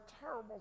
terrible